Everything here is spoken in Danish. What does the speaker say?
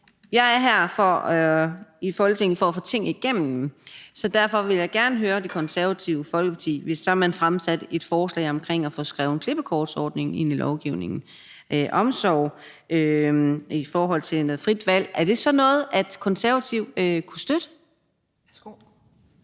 jeg er her i Folketinget for at få ting igennem, så derfor vil jeg gerne høre Det Konservative Folkeparti, om det, hvis man fremsatte et forslag om at få skrevet klippekortsordningen ind i lovgivningen og noget med omsorg og frit valg, så er noget, Konservative kunne støtte. Kl.